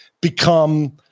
become